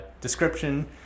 description